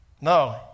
No